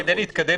כדי להתקדם,